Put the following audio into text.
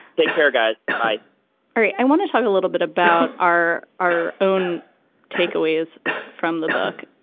take care guys. bye all right i want to talk a little bit about our our own takeaways from the book.